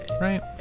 right